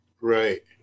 right